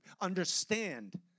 understand